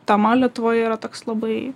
tema lietuvoje yra toks labai